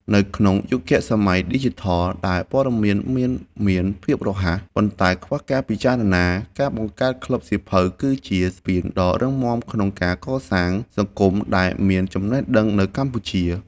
នៅក្នុងយុគសម័យឌីជីថលដែលព័ត៌មានមានភាពរហ័ស ប៉ុន្តែខ្វះការពិចារណា ការបង្កើតក្លឹបសៀវភៅគឺជាស្ពានដ៏រឹងមាំក្នុងការកសាង សង្គមដែលមានចំណេះដឹង នៅកម្ពុជា។